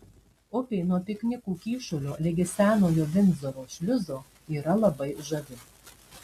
upė nuo piknikų kyšulio ligi senojo vindzoro šliuzo yra labai žavi